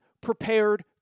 prepared